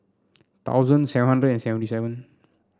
thousand seven hundred seventy seven